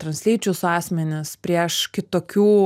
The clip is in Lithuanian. translyčius asmenis prieš kitokių